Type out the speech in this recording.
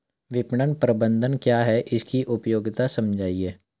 विपणन प्रबंधन क्या है इसकी उपयोगिता समझाइए?